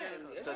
כן.